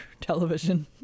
television